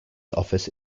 office